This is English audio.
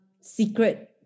secret